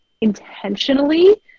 intentionally